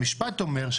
המשפט אומר,